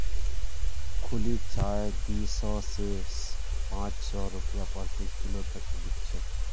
खुली चाय दी सौ स पाँच सौ रूपया प्रति किलो तक बिक छेक